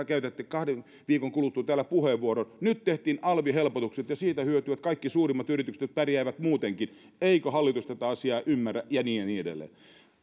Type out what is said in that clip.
käytätte kahden viikon kuluttua täällä puheenvuoron että nyt tehtiin alvihelpotukset ja siitä hyötyvät kaikki suurimmat yritykset jotka pärjäävät muutenkin eikö hallitus tätä asiaa ymmärrä ja niin edelleen